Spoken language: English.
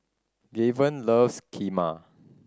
Gaven loves Kheema